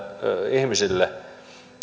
ihmisille